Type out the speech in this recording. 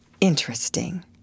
interesting